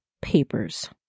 papers